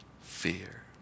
fear